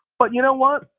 but you know what?